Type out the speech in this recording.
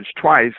twice